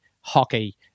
hockey